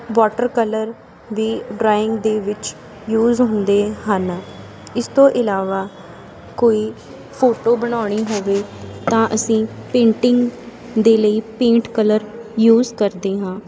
water colour ਵੀ drawing ਦੇ ਵਿੱਚ ਯੂਜ਼ ਹੁੰਦੇ ਹਨ ਇਸ ਤੋਂ ਇਲਾਵਾ ਕੋਈ ਫੋਟੋ ਬਣਾਉਣੀ ਹੋਵੇ ਤਾਂ ਅਸੀਂ ਪੇਂਟਿੰਗ ਦੇ ਲਈ ਪੇਂਟ ਕਲਰ ਯੂਜ਼ ਕਰਦੇ ਹਾਂ